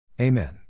Amen